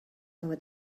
over